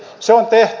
se on tehty